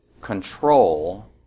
control